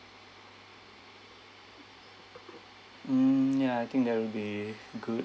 mm ya I think that will be good